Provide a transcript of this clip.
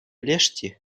лешти